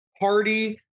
party